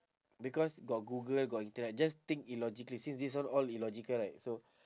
because got google got internet just think illogically since this one all illogical right so